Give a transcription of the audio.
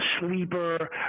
sleeper